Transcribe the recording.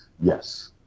Yes